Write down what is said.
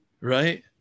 Right